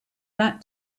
that